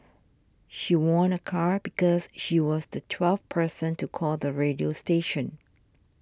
she won a car because she was the twelfth person to call the radio station